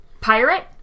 Pirate